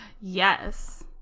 Yes